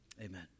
amen